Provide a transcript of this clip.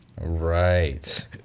Right